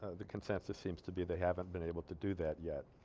the consensus seems to be they haven't been able to do that yet